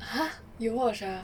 !huh! you watch ah